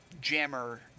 jammer